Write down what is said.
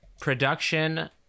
production